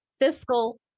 fiscal